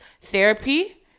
therapy